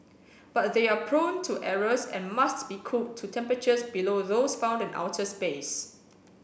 but they are prone to errors and must be cooled to temperatures below those found in outer space